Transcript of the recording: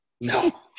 No